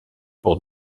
pour